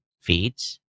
feeds